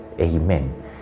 Amen